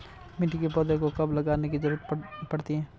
मिट्टी में पौधों को कब लगाने की ज़रूरत पड़ती है?